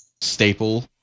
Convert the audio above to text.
staple